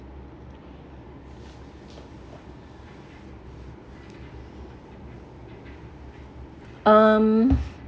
um